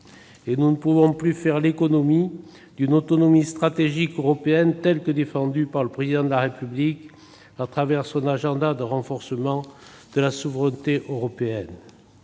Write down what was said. Nous ne pouvons plus faire l'économie d'une autonomie stratégique européenne, telle que défendue par le Président de la République son agenda de renforcement de la souveraineté européenne.